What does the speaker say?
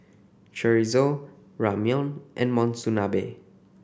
Chorizo Ramyeon and Monsunabe